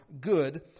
good